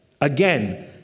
Again